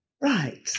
right